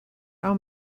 how